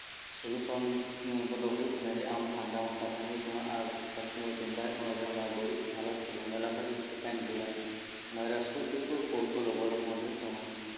solution ᱠᱚᱫᱚ ᱦᱩᱭᱩᱜ ᱠᱟᱱᱟ ᱡᱮ ᱟᱢ ᱴᱷᱟᱱᱰᱟ ᱢᱟᱛᱷᱟ ᱛᱟᱦᱮᱸᱱ ᱦᱩᱭᱩᱜ ᱛᱟᱢᱟ ᱟᱨ ᱥᱚᱵ ᱥᱚᱢᱚᱭ ᱪᱤᱱᱛᱟᱭ ᱦᱩᱭᱩᱜ ᱛᱟᱢᱟ ᱟᱢ ᱚᱱᱟ ᱵᱟᱹᱲᱤᱡ ᱦᱟᱞᱚᱛ ᱥᱮ ᱡᱷᱟᱢᱮᱞᱟ ᱠᱷᱚᱱ ᱤᱧ ᱪᱤᱠᱟᱧ ᱫᱟᱹᱲᱟ ᱚᱱᱟ ᱨᱮ ᱥᱩ ᱪᱚᱛᱩᱨ ᱠᱳᱣᱥᱚᱞ ᱚᱵᱚᱞᱚᱢᱵᱚᱱ ᱦᱩᱭᱩᱜ ᱛᱟᱢᱟ